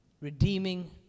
redeeming